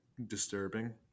disturbing